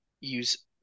use